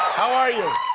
how are you?